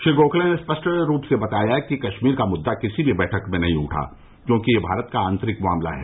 श्री गोखले ने स्पष्ट रूप से बताया कि कश्मीर का मुद्दा किसी भी बैठक में नहीं उठा क्योंकि यह भारत का आंतरिक मामला है